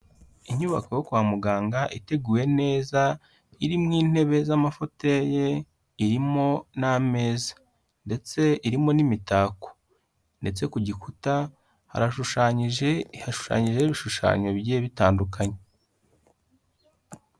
Inyubako yo kwa muganga iteguwe neza iri mo intebe z'amafotoye, irimo n'ameza ndetse irimo n'imitako, ndetse ku gikuta harashushanyije, hashushanyijeho ibishushanyo bigiye bitandukanye.